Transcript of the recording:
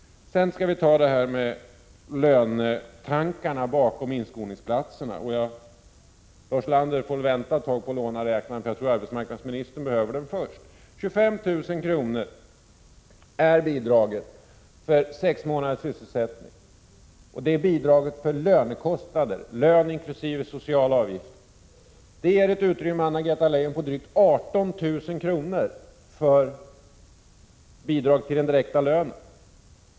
Sedan skall vi ta upp tankarna om lönerna i samband med inskolningsplatserna. Lars Ulander får vänta ett tag på att låna räknaren, för arbetsmarknadsministern behöver den först. 25 000 kr. är bidraget för sex månaders sysselsättning. Det är bidraget för lönekostnader; lön inkl. sociala avgifter. Det ger ett utrymme, Anna-Greta Leijon, på drygt 18 000 kr. för bidrag till den direkta lönen.